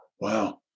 Wow